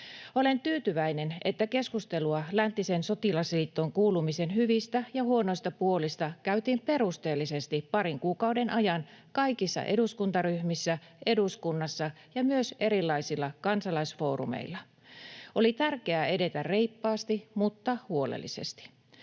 Olen tyytyväinen, että keskustelua läntiseen sotilasliittoon kuulumisen hyvistä ja huonoista puolista käytiin perusteellisesti parin kuukauden ajan kaikissa eduskuntaryhmissä, eduskunnassa ja myös erilaisilla kansalaisfoorumeilla. Oli tärkeää edetä reippaasti mutta huolellisesti.